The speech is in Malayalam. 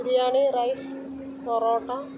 ബിരിയാണി റൈസ് പൊറോട്ട